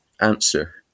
Answer